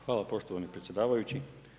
Hvala poštovani predsjedavajući.